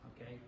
okay